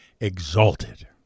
exalted